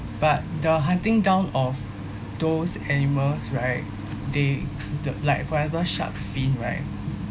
but the hunting down of those animals right they d~ like for example shark fin right